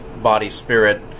body-spirit